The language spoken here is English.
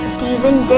Stephen